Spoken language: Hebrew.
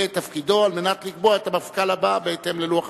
את תפקידו ולקבוע את המפכ"ל הבא בהתאם ללוח הזמנים.